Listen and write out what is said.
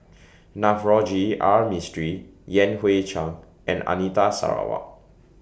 Navroji R Mistri Yan Hui Chang and Anita Sarawak